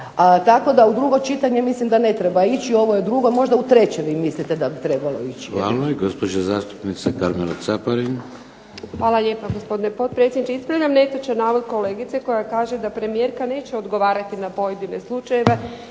tako da u drugo čitanje mislim da ne treba čitati, ovo je drugo, možda u treće vi mislite da bi trebalo ići. **Šeks, Vladimir (HDZ)** Hvala. I gospođa zastupnica Karmela Caparin. **Caparin, Karmela (HDZ)** Hvala lijepa gospodine potpredsjedniče. Ispravljam netočan navod kolegice koja kaže da premijerka neće odgovarati na pojedine slučajeve